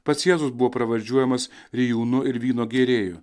pats jėzus buvo pravardžiuojamas rijūnų ir vyno gėrėju